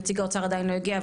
נציג האוצר עדיין לא הגיע,